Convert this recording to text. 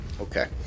Okay